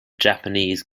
japanese